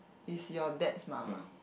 is your dad's mum ah